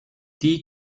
die